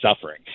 suffering